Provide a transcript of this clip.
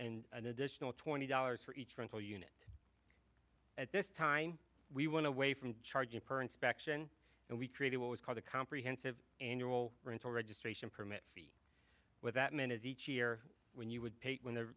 and an additional twenty dollars for each rental unit at this time we want to way from charging per inspection and we created what was called a comprehensive annual rental registration permit fee with that meant as each year when you would pay when the